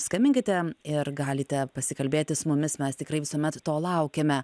skambinkite ir galite pasikalbėti su mumis mes tikrai visuomet to laukiame